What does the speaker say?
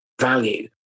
value